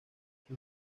sus